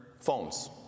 phones